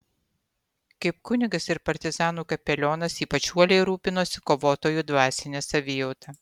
kaip kunigas ir partizanų kapelionas ypač uoliai rūpinosi kovotojų dvasine savijauta